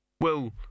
Well